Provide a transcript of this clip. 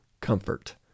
comfort